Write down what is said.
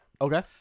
Okay